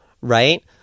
right